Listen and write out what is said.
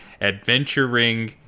adventuring